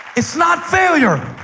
it's not failure